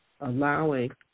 allowing